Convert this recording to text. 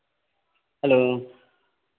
hello